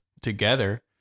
together